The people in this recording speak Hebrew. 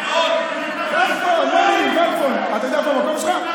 אתה יודע את המקום שלך?